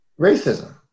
racism